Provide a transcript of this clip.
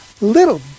little